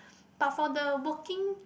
but for the working